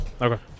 Okay